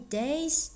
days